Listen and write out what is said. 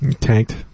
tanked